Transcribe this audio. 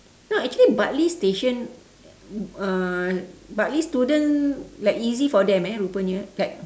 no actually bartley station uh bartley student like easy for them eh rupanya like